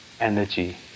energy